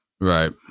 Right